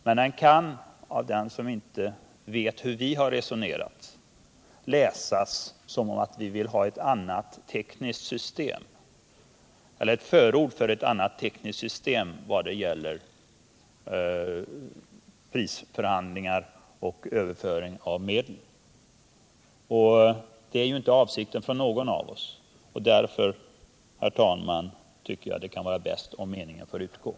Men den kan av andra som inte vet hur vi har resonerat läsas som ett förord för ett annat tekniskt system när det gäller prisförhandlingar och överföring av medel. Och det var inte avsikten med den. Därför, herr talman, tycker jag det är bäst om meningen utgår.